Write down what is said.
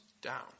down